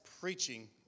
preaching